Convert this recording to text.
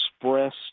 expressed